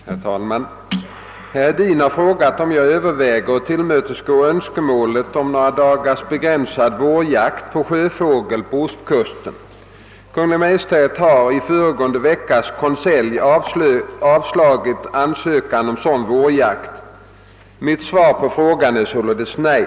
Herr talman! Herr Hedin har frågat, om jag överväger att tillmötesgå önskemålen om några dagars begränsad vårjakt på sjöfågel på ostkusten. Kungl. Maj:t har i föregående veckas konselj avslagit ansökningar om sådan vårjakt. Mitt svar på frågan är således nej.